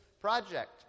project